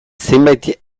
zenbait